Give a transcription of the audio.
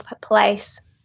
place